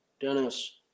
Dennis